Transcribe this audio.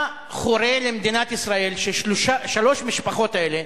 מה חורה למדינת ישראל ששלוש המשפחות האלה,